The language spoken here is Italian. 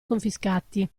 confiscati